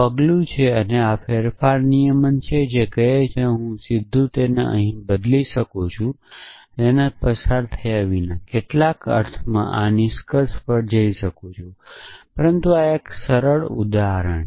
આ પગલું છે આ ફેરફારનિયમ છે કે જે કહે છે કે હું સીધા અહીં બદલી શકું છુંતેપસાર થયા વિના કેટલાક અર્થમાં આ નિષ્કર્ષ પર જઈ શકું પરંતુ આ એક છે સરળ ઉદાહરણ